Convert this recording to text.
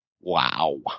wow